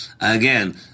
Again